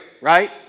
right